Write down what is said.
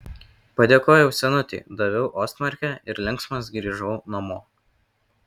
padėkojau senutei daviau ostmarkę ir linksmas grįžau namo